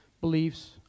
beliefs